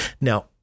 Now